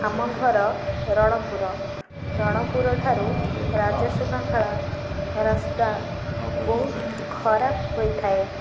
ଆମ ଘର ରଣପୁର ରଣପୁରଠାରୁ ରାଜସୁନାଖେଳା ରାସ୍ତା ବହୁତ ଖରାପ ହୋଇଥାଏ